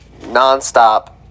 nonstop